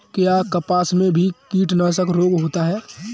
क्या कपास में भी कीटनाशक रोग होता है?